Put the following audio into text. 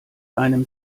einem